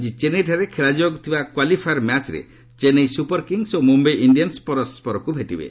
ଆଜି ଚେନ୍ନାଇଠାରେ ଖେଳାଯିବାକୁ ଥିବା କ୍ୱାଲିଫାୟର୍ ମ୍ୟାଚ୍ରେ ଚେନ୍ନାଇ ସୁପର୍ କିଙ୍ଗ୍ସ ଓ ମୁମ୍ୟାଇ ଇଞ୍ଜିଆନ୍ସ ପରସ୍କରକୁ ଭେଟିବେ